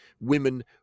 Women